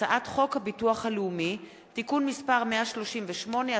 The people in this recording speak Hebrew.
הצעת חוק הביטוח הלאומי (תיקון מס' 138),